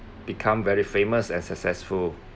become very famous and successful